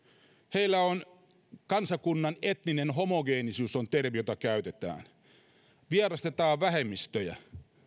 heillä kansakunnan etninen homogeenisuus on termi jota käytetään vierastetaan vähemmistöjä